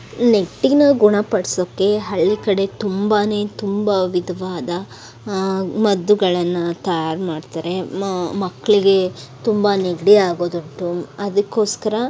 ನೆಗ್ಡಿ ಗುಣ ಪಡಿಸೋಕ್ಕೆ ಹಳ್ಳಿ ಕಡೆ ತುಂಬಾ ತುಂಬ ವಿಧವಾದ ಮದ್ದುಗಳನ್ನು ತಯಾರು ಮಾಡ್ತಾರೆ ಮಕ್ಕಳಿಗೆ ತುಂಬ ನೆಗಡಿ ಆಗೋದುಂಟು ಅದಕ್ಕೋಸ್ಕರ